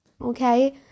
okay